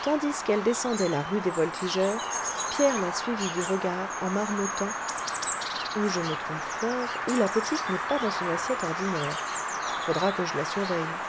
tandis qu'elle descendait la rue des voltigeurs pierre la suivit du regard en marmottant ou je me trompe fort ou la petite n'est pas dans son assiette ordinaire faudra que je la surveille